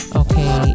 okay